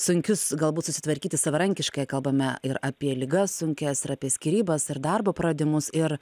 sunkius galbūt susitvarkyti savarankiškai kalbame ir apie ligas sunkias ir apie skyrybas ir darbo praradimus ir